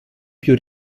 più